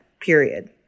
period